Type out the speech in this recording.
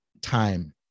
time